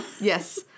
Yes